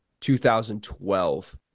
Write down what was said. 2012